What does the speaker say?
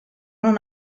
non